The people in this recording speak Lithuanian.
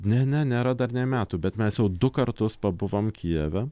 ne ne nėra dar nė metų bet mes jau du kartus pabuvom kijeve